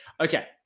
Okay